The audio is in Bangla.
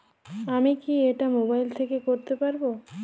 আমি কি এটা মোবাইল থেকে করতে পারবো?